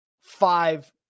five